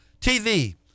tv